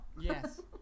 Yes